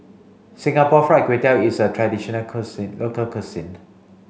Singapore Fried Kway Tiao is a traditional cuisine local cuisine